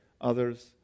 others